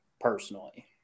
personally